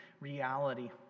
reality